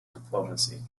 diplomacy